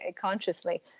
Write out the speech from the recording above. consciously